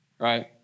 Right